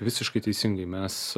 visiškai teisingai mes